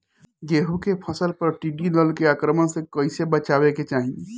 गेहुँ के फसल पर टिड्डी दल के आक्रमण से कईसे बचावे के चाही?